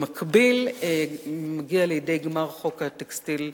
במקביל, מגיע לידי גמר חוק הטקסטיל הביטחוני,